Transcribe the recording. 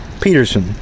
Peterson